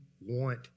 want